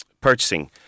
purchasing